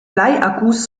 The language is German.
bleiakkus